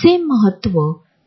आत्ता कसे